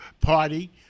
party